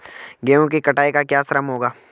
गेहूँ की कटाई का क्या श्रम होगा?